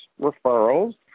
referrals